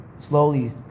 slowly